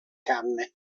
canne